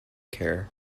care